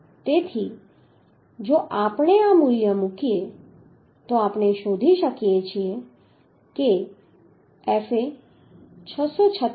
તેથી જો આપણે આ મૂલ્ય મૂકીએ આપણે શોધી શકીએ છીએ કે fa 636